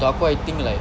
untuk aku I think like